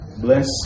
bless